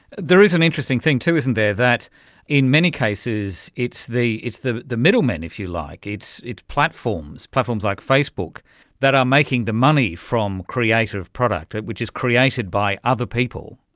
there is an interesting thing too, isn't there, that in many cases it's the it's the middle man, if you like, it's it's platforms, platforms like facebook that are making the money from creative product which is created by other people.